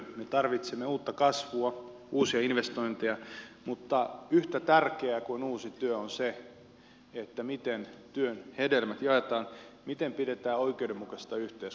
me tarvitsemme uutta kasvua uusia investointeja mutta yhtä tärkeää kuin uusi työ on se miten työn hedelmät jaetaan miten pidetään oikeudenmukaisesta yhteiskunnasta kiinni